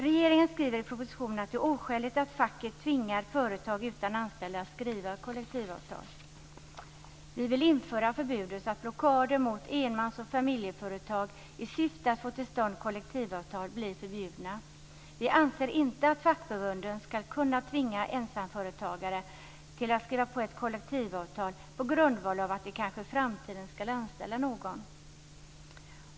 Regeringen skriver i propositionen att det är oskäligt att facket tvingar företag utan anställda att skriva kollektivavtal. Vi vill införa ett förbud så att blockader mot enmans och familjeföretag i syfte att få till stånd kollektivavtal blir förbjudna. Vi anser inte att fackförbunden ska kunna tvinga ensamföretagare att skriva på ett kollektivavtal på grundval av att de kanske i framtiden ska anställa någon.